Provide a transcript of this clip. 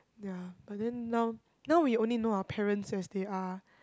ya but then now now we only know our parents as they are